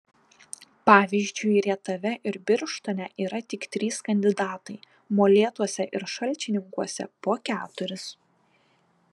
pavyzdžiui rietave ir birštone yra tik trys kandidatai molėtuose ir šalčininkuose po keturis